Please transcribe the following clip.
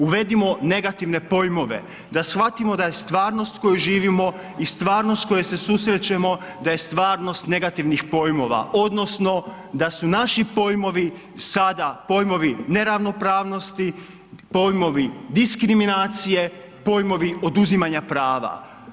Uvedimo negativne pojmove da shvatimo da je stvarnost koju živimo i stvarnost s kojom se susrećemo da je stvarnost negativnih pojmova odnosno da su naši pojmovi sada pojmovi neravnopravnosti, pojmovi diskriminacije, pojmovi oduzimanja prava.